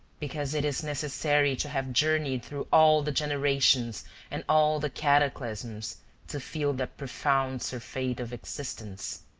because it is necessary to have journeyed through all the generations and all the cataclysms to feel that profound surfeit of existence.